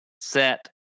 set